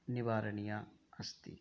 निवारणीया अस्ति